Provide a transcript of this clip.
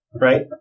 right